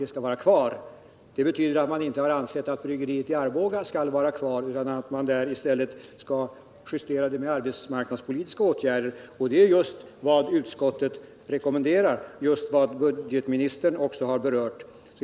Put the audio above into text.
Det betycGer att socialdemokraterna inte har ansett att bryggeriet i Arboga skall vara kvar, I utan att problemen där i stället skall justeras med arbetsmarknadspolitiska åtgärder. Det är just vad utskottet rekommenderar och vad även budgetministern här har berört.